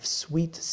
sweet